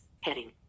heading